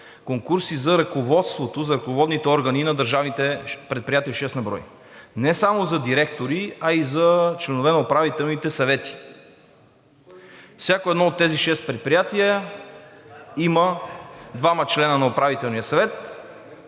конкурсите за ръководството, за ръководните органи на държавните предприятия – шест на брой, не само за директори, а и за членове на управителните съвети. Всяко едно от тези шест предприятия има двама членове на Управителния съвет,